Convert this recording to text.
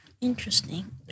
Interesting